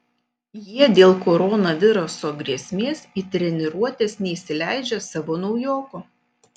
jie dėl koronaviruso grėsmės į treniruotes neįsileidžia savo naujoko